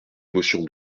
émotions